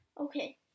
Okay